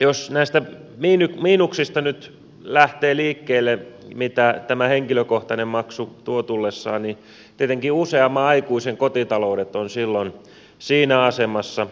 jos näistä miinuksista nyt lähtee liikkeelle mitä tämä henkilökohtainen maksu tuo tullessaan niin tietenkin useamman aikuisen kotita loudet ovat silloin siinä asemassa